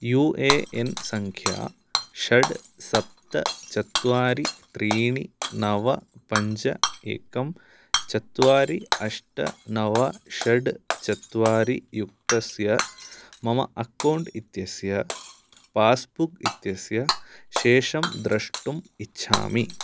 you A N सङ्ख्या षड् सप्त चत्वारि त्रीणि नव पञ्च एकं चत्वारि अष्ट नव षड् चत्वारि युक्तस्य मम अकौण्ट् इत्यस्य पास्बुक् इत्यस्य शेषं द्रष्टुम् इच्छामि